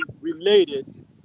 related